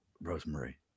Rosemary